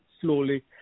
slowly